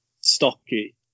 stocky